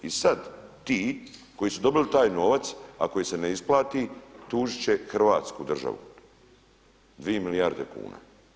I sada ti koji su dobili taj novac a koji se ne isplati tužiti će Hrvatsku državu 2 milijarde kuna.